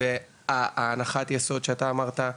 הנחת היסוד שאתה אמרת,